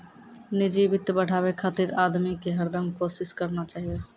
निजी वित्त बढ़ाबे खातिर आदमी के हरदम कोसिस करना चाहियो